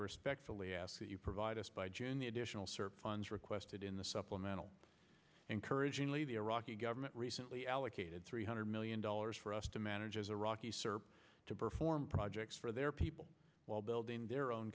respectfully ask that you provide us by june the additional service funds requested in the supplemental encouragingly the iraqi government recently allocated three hundred million dollars for us to manage as a rocky sir to perform projects for their people while building their own